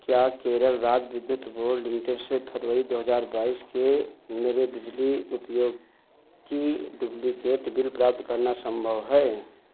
क्या केरल राज्य बिद्युत बोर्ड लिमिटेड से फरवरी दो हजार बाईस के मेरे बिजली उपयोग की डुब्लिकेट बिल प्राप्त करना संभव है